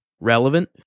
relevant